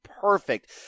perfect